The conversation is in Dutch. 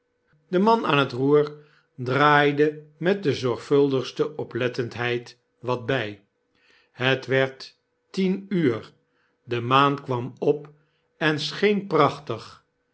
de man aan het roer draaide met de zorgvuldigste oplettendheid wat bij het werd tien uur de maan kwam op en scheen